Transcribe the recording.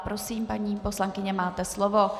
Prosím, paní poslankyně, máte slovo.